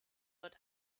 wird